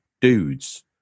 dudes